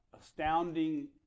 Astounding